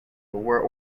were